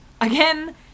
again